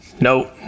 No